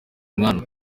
mwana